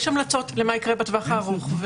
יש המלצות למה יקרה בטווח הארוך.